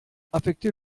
affecter